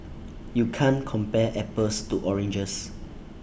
you can't compare apples to oranges